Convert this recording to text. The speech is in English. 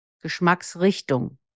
Geschmacksrichtung